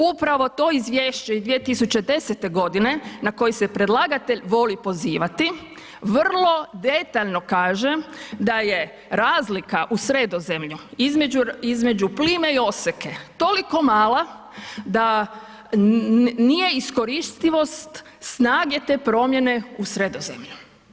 Upravo to izvješće iz 2010. godine na koji se predlagatelj voli pozivati vrlo detaljno kaže da je razlika u Sredozemlju između plime i oseke toliko mala da nije iskoristivost snage te promjene u Sredozemlju.